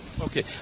Okay